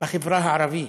בחברה הערבית,